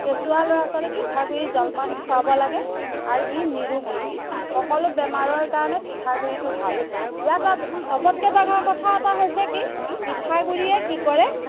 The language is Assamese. কেঁচুুৱা ল'ৰা ছোৱালীক পিঠাগুড়ি জলপান খোৱাব লাগে আৰু ই নিৰোগী সকলো বেমাৰৰ কাৰণে পিঠাগুড়িটো ভাল ইয়াত আত চবতকৈ ডাঙৰ কথা এটা হৈছে কি পিঠাগুড়িয়ে কি কৰে